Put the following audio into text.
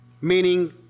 meaning